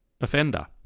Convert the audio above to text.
offender